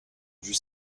dut